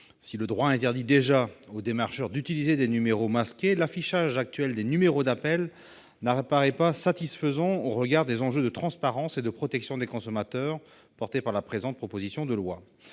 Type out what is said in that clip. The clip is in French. Si le droit interdit déjà aux démarcheurs d'utiliser des numéros masqués, l'affichage actuel des numéros n'apparaît pas satisfaisant au regard des enjeux de transparence et de protection des consommateurs portés par la présente proposition de loi.